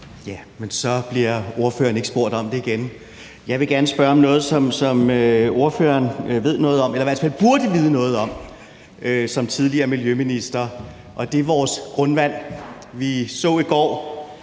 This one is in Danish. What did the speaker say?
Men så bliver ordføreren ikke spurgt om det igen. Jeg vil gerne spørge om noget, som ordføreren ved noget om, eller som han i hvert fald burde vide noget om som tidligere miljøminister, og det er vores grundvand. Vi så i går,